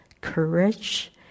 courage